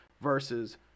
versus